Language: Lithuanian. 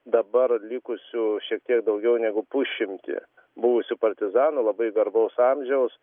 dabar likusių šiek tiek daugiau negu pusšimtį buvusių partizanų labai garbaus amžiaus